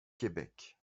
québec